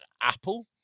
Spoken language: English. Apple